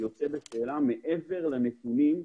מעבר לנתונים,